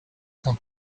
can